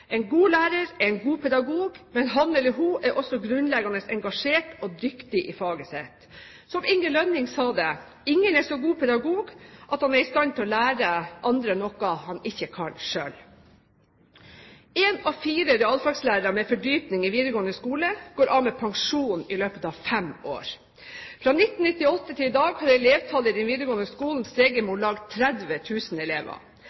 En god lærer er en god pedagog, men han eller hun er også grunnleggende engasjert og dyktig i faget sitt. Som Inge Lønning sa det: «Ingen er så god pedagog at han er i stand til å lære andre noe han ikke kan selv.» I videregående skole går en av fire realfagslærere med fordypning av med pensjon i løpet av fem år. Fra 1998 til i dag har elevtallet i den videregående skolen steget med om lag 30 000 elever.